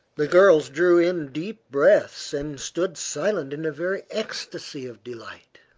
the girls drew in deep breaths and stood silent in a very ecstacy of delight.